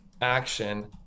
action